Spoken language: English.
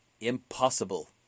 impossible